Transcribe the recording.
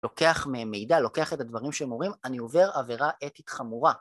לוקח מידע, לוקח את הדברים שמורים, אני עובר עבירה אתית חמורה.